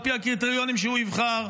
על פי הקריטריונים שהוא יבחר,